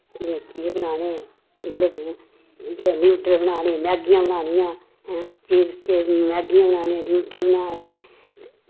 एह् बनाने मतलव नयूडल बनाने मैह्गियां बनानियां हैं चिप्स मैह्गियां बनानियां नयूडल बनाने